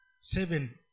Seven